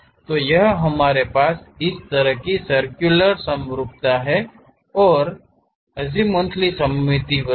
तो यहाँ हमारे पास इस तरह की सर्क्युलर समरूपता है और azimuthally सममित वस्तु